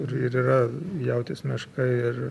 ir ir yra jautis meška ir